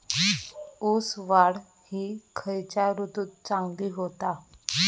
ऊस वाढ ही खयच्या ऋतूत चांगली होता?